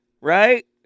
right